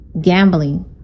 gambling